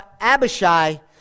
Abishai